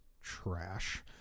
trash